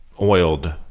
oiled